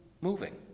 moving